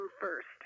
first